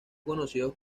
conocidos